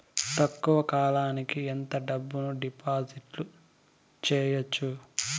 తక్కువ కాలానికి ఎంత డబ్బును డిపాజిట్లు చేయొచ్చు?